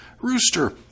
Rooster